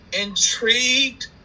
intrigued